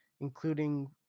including